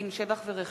מקרקעין (שבח ורכישה)